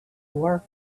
war